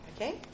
Okay